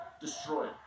destroyed